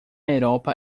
europa